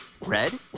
Red